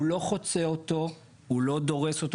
הוא לא חוצה אותו, הוא לא דורס אותו.